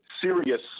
serious